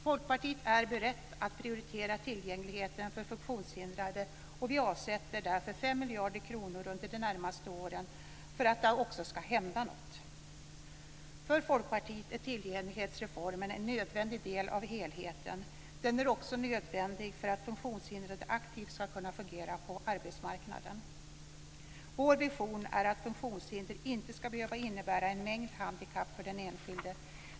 Folkpartiet är berett att prioritera tillgängligheten för funktionshindrade, och vi avsätter därför 5 miljarder kronor under de närmaste åren för att det verkligen också ska hända något. För Folkpartiet är en tillgänglighetsreform en nödvändig del av helheten. En sådan är också nödvändig för att funktionshindrade aktivt ska kunna fungera på arbetsmarknaden. Vår vision är att funktionshinder inte ska behöva innebära en mängd handikapp för den enskilde.